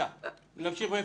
בואו נמשיך.